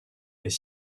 est